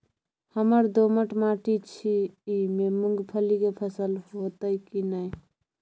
हमर दोमट माटी छी ई में मूंगफली के फसल होतय की नय?